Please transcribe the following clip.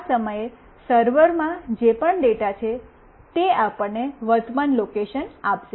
આ સમયે સર્વરમાં જે પણ ડેટા છે તે આપણને વર્તમાન લોકેશન આપશે